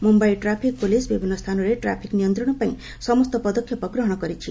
Mumbai traffic police ବିଭିନ୍ନ ସ୍ଥାନରେ traffic ନିୟନ୍ତ୍ରଣ ପାଇଁ ସମସ୍ତ ପଦକ୍ଷେପ ଗ୍ରହଣ କରିଛି